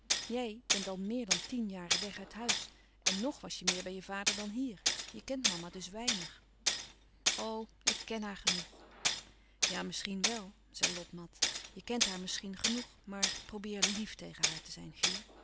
jij bent al meer dan tien jaren weg uit huis en ng was je meer bij je vader dan hier je kent mama dus weinig o ik ken haar genoeg ja misschien wel zei lot mat je kent haar misschien genoeg maar probeer lief tegen haar te zijn